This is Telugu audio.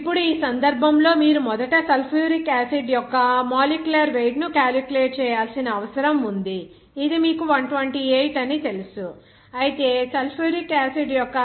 ఇప్పుడు ఈ సందర్భంలో మీరు మొదట సల్ఫ్యూరిక్ యాసిడ్ యొక్క మోలిక్యూలర్ వెయిట్ ను క్యాలిక్యులేట్ చేయాల్సిన అవసరం ఉంది ఇది మీకు 128 అని తెలుసు అయితే సల్ఫ్యూరిక్ యాసిడ్ యొక్క 0